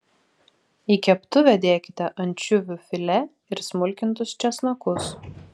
į keptuvę dėkite ančiuvių filė ir smulkintus česnakus